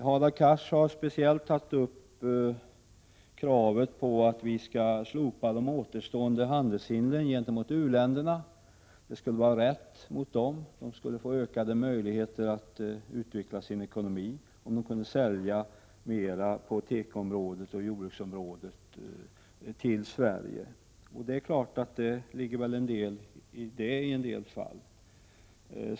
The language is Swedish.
Hadar Cars har speciellt tagit upp kravet på att vi skallslopa de återstående handelshindren gentemot u-länderna. Det skulle vara rätt mot dem. De skulle få ökade möjligheter att utveckla sin ekonomi om de kunde sälja mera tekoprodukter och jordbruksprodukter till Sverige. Det ligger naturligtvis en del i det.